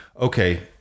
Okay